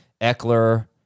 Eckler